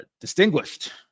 distinguished